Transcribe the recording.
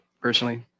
personally